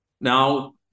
Now